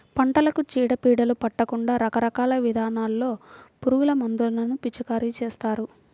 పంటలకు చీడ పీడలు పట్టకుండా రకరకాల విధానాల్లో పురుగుమందులను పిచికారీ చేస్తారు